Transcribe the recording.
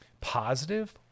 Positive